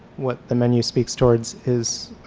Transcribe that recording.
what the menu speaks towards is